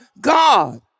God